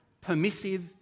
permissive